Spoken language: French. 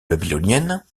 babylonienne